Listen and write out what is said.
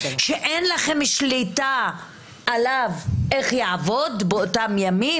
שאין לכם שליטה על איך שהוא יעבוד באותם ימים?